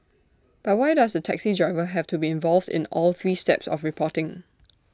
but why does the taxi driver have to be involved in all three steps of reporting